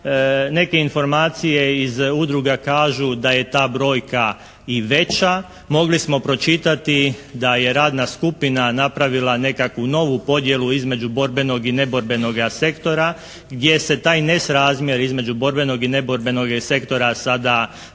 neke informacije iz udruga kažu da je ta brojka i veća. Mogli smo pročitati da je radna skupina napravila nekakvu novu podjelu između borbenog i neborbenoga sektora gdje se ta nesrazmjer između borbenog iz neborbenog sektora sada ispravlja